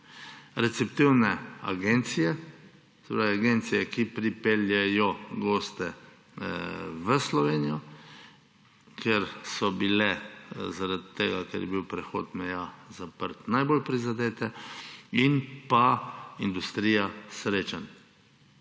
receptivne agencije, se pravi agencije, ki pripeljejo goste v Slovenijo, ker so bile zaradi tega, ker je bil prehod meja zaprt, najbolj prizadete, in industrija srečanj.